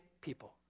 people